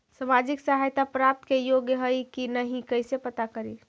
सामाजिक सहायता प्राप्त के योग्य हई कि नहीं कैसे पता करी?